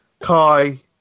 Kai